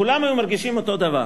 כולם היו מרגישים אותו הדבר.